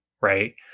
right